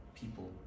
people